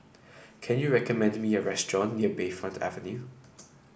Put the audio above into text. can you recommend me a restaurant near Bayfront Avenue